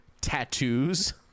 tattoos